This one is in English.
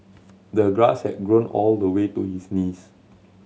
the grass had grown all the way to his knees